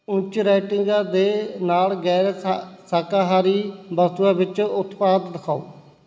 ਉੱਚ ਰੇਟਿੰਗਾਂ ਦੇ ਨਾਲ ਗੈਰ ਸ਼ਾ ਸ਼ਾਕਾਹਾਰੀ ਵਸਤੂਆਂ ਵਿੱਚ ਉਤਪਾਦ ਦਿਖਾਓ